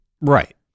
Right